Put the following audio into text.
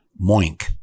Moink